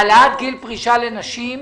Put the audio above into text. העלאת גיל פרישה לנשים,